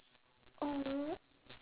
!aww!